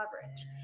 coverage